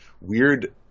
weird